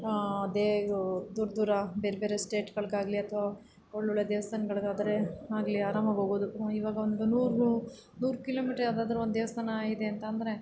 ದೂರ ದೂರ ಬೇರೆ ಬೇರೆ ಸ್ಟೇಟ್ಗಳಿಗಾಗ್ಲಿ ಅಥ್ವಾ ಒಳ್ಳೊಳ್ಳೆ ದೇವಸ್ಥಾನಗಳಿಗಾದ್ರೆ ಆಗಲಿ ಆರಾಮಾಗಿ ಹೋಗ್ಬೋದು ಇವಾಗ ಒಂದು ನೂರು ನೂರು ನೂರು ಕಿಲೋಮೀಟರ್ ಯಾವುದಾದ್ರು ಒಂದು ದೇವಸ್ಥಾನ ಇದೆ ಅಂತಂದರೆ